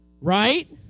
Right